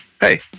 hey